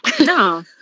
No